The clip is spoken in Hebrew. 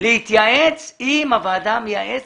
להתייעץ עם הוועדה המייעצת.